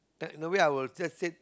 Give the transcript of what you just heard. that in a way I will just said